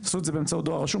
תעשו את זה בדואר רשום,